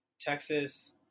Texas